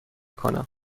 کنم